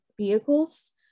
vehicles